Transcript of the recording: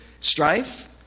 strife